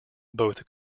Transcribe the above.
both